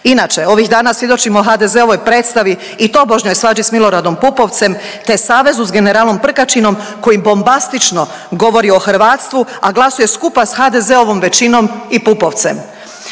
Inače ovih dana svjedočimo HDZ-ovoj predstavi i tobožnjoj svađi s Miloradom Pupovcem te savezu s generalom Prkačinom koji bombastično govori o hrvatstvu, a glasuje skupa s HDZ-ovom većinom i Pupovcem.